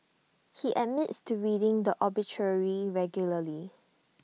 he admits to reading the obituary regularly